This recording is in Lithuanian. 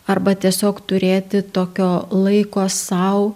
arba tiesiog turėti tokio laiko sau